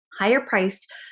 higher-priced